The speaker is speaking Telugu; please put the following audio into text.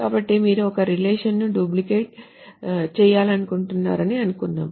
కాబట్టి మీరు ఒక రిలేషన్ ను డూప్లికేట్ చేయాలనుకుంటున్నారని అనుకుందాం